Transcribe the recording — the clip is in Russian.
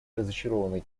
разочарованы